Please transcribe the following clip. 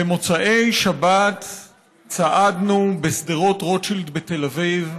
במוצאי שבת צעדנו בשדרות רוטשילד בתל אביב,